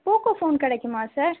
Poco phone கிடைக்குமா sir